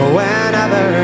Whenever